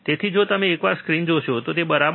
તેથી જો તમે ફરી એકવાર સ્ક્રીન જોશો તો બરાબર